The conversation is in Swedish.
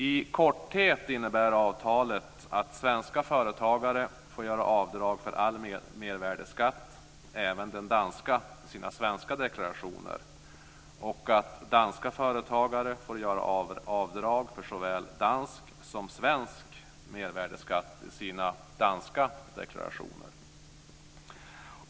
I korthet innebär avtalet att svenska företagare får göra avdrag för all mervärdesskatt, även den danska, i sina svenska deklarationer och att danska företagare får göra avdrag för såväl dansk som svensk mervärdesskatt i sina danska deklarationer.